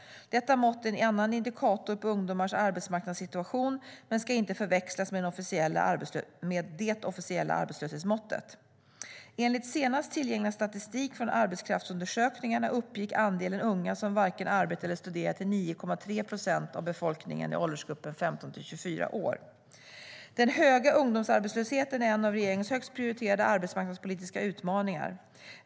Detta mått är en annan indikator på ungdomars arbetsmarknadssituation, men det ska inte förväxlas med det officiella arbetslöshetsmåttet. Enligt senast tillgänglig statistik från arbetskraftsundersökningarna uppgick andelen unga som varken arbetar eller studerar till 9,3 procent av befolkningen i åldersgruppen 15-24 år. Den höga ungdomsarbetslösheten är en av regeringens högst prioriterade arbetsmarknadspolitiska utmaningar.